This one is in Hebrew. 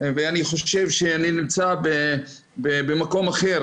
וגנים בכרמל מונעים